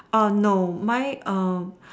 orh no mine um